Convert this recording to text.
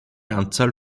anzahl